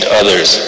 others